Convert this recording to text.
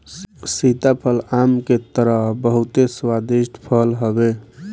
सीताफल आम के तरह बहुते स्वादिष्ट फल हवे